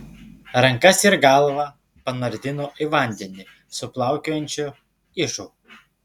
rankas ir galvą panardino į vandenį su plaukiojančiu ižu